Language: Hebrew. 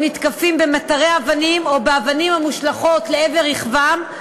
נתקפים במטר אבנים או באבנים המושלכות לעבר רכבם,